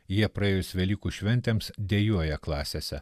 jie praėjus velykų šventėms dejuoja klasėse